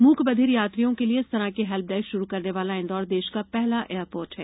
मूक बधिर यात्रियों के लिए इस तरह की हेल्प डेस्क शुरू करने वाला इंदौर देश का पहला एयरपोर्ट है